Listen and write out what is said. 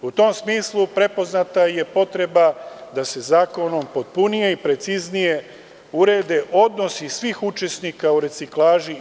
U tom smislu je prepoznata potreba da se zakonom potpunije i preciznije urede odnosi svih učesnika u reciklaži.